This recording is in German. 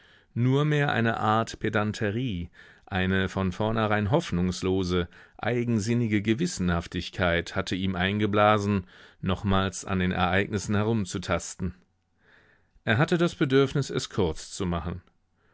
nur mehr eine art pedanterie eine von vorneherein hoffnungslose eigensinnige gewissenhaftigkeit hatte ihm eingeblasen nochmals an den ereignissen herumzutasten er hatte das bedürfnis es kurz zu machen